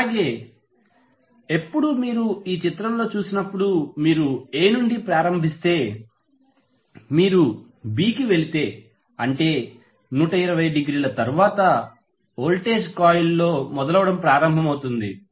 అలాగే ఎప్పుడు మీరు ఈ చిత్రంలో చూసినప్పుడు మీరు A నుండి ప్రారంభిస్తే మీరు B కి వెళితే అంటే 120 డిగ్రీల తరువాత వోల్టేజ్ కాయిల్లో మొదలవడం ప్రారంభమవుతుంది